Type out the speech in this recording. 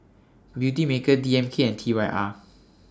Beautymaker D M K and T Y R